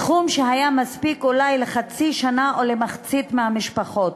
סכום שהיה מספיק אולי לחצי שנה או למחצית מהמשפחות,